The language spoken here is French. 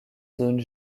zones